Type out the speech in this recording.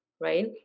right